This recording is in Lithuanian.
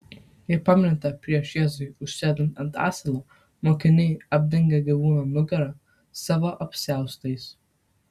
jei pamenate prieš jėzui užsėdant ant asilo mokiniai apdengia gyvūno nugarą savo apsiaustais